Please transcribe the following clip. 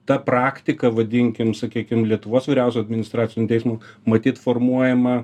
ta praktika vadinkim sakykim lietuvos vyriausio administracinio teismo matyt formuojama